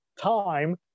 time